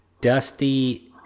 Dusty